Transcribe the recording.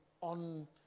on